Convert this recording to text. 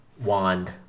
wand